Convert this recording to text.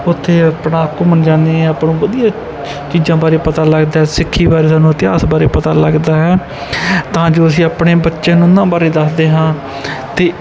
ਉੱਥੇ ਆਪਣਾ ਘੁੰਮਣ ਜਾਂਦੇ ਹਾਂ ਆਪਾਂ ਨੂੰ ਵਧੀਆ ਚੀਜ਼ਾਂ ਬਾਰੇ ਪਤਾ ਲੱਗਦਾ ਸਿੱਖੀ ਬਾਰੇ ਸਾਨੂੰ ਇਤਿਹਾਸ ਬਾਰੇ ਪਤਾ ਲੱਗਦਾ ਹੈ ਤਾਂ ਜੋ ਅਸੀਂ ਆਪਣੇ ਬੱਚਿਆਂ ਨੂੰ ਉਹਨਾਂ ਬਾਰੇ ਦੱਸਦੇ ਹਾਂ ਅਤੇ